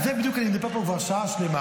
על זה בדיוק אני מדבר פה כבר שעה שלמה.